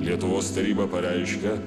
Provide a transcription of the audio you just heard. lietuvos taryba pareiškia